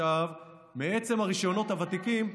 אדוני השר.